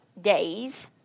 days